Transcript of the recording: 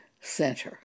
center